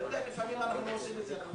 לפעמים אנחנו גם עושים את זה.